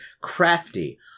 crafty